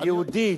יהודי,